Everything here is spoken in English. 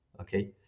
okay